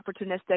opportunistic